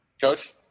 Coach